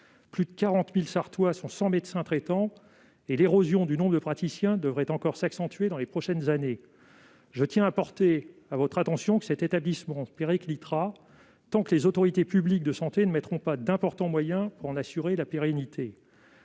Plus de 40 000 Sarthois sont sans médecin traitant et l'érosion du nombre de praticiens devrait encore s'accentuer dans les prochaines années. Madame la ministre, je tiens à porter à votre attention le fait que cet établissement périclitera tant que les autorités publiques de santé ne mettront pas d'importants moyens pour en assurer la pérennité.